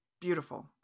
beautiful